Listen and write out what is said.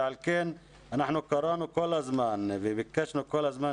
ועל כל קראנו כל הזמן וביקשנו כל הזמן